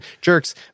jerks